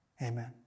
Amen